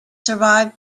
survived